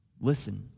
Listen